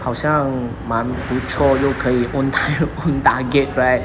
好像蛮不错又可以 own time own target right